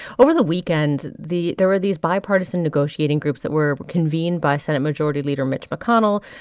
over the weekend, the there were these bipartisan negotiating groups that were convened by senate majority leader mitch mcconnell.